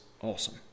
awesome